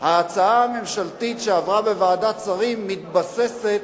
ההצעה הממשלתית, שעברה בוועדת השרים, מתבססת